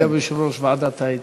וגם יושב-ראש ועדת האתיקה.